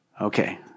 Okay